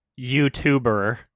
youtuber